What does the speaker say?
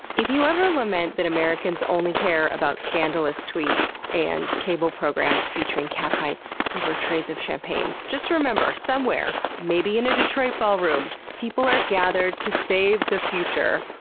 if you ever lament that americans only care about scandalous tweets and cable programs featuring catfights over trays of champagne, just remember, somewhere, maybe in a detroit ballroom, people are gathered to save the future,